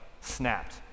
snapped